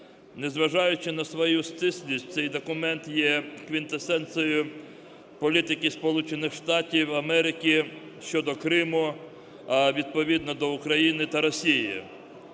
Незважаючи на свою стислість цей документ є квінтесенцією політики Сполучених Штатів Америки щодо Криму, а відповідно до України та Росії.